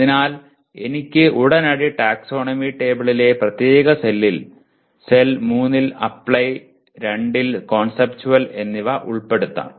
അതിനാൽ എനിക്ക് ഉടനടി ടാക്സോണമി ടേബിളിലെ പ്രത്യേക സെല്ലിൽ 3 ൽ അപ്ലൈ 2 ൽ കോൺസെപ്റ്റുവൽ എന്നിവ ഉൾപ്പെടുത്താം